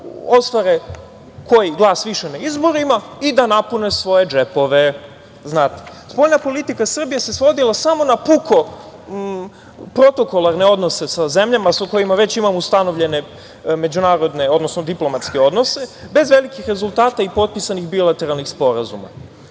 da ostvare koji glas više na izborima i da napune svoje džepove. Spoljna politika Srbije se svodila samo na puko protokolarne odnose sa zemljama sa kojima već imamo ustanovljene međunarodne, odnosno diplomatske odnose, bez velikih rezultata i potpisanih bilateralnih sporazuma. Mi